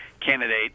candidate